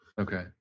Okay